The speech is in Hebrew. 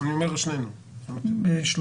--- אני